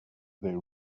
they